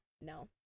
No